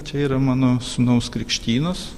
čia yra mano sūnaus krikštynos